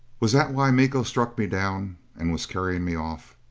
was that why miko struck me down and was carrying me off?